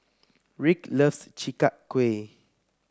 Rick loves Chi Kak Kuih